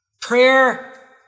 Prayer